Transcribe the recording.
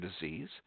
disease